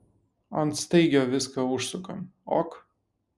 ant staigio viską užsukam ok